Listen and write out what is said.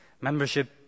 Membership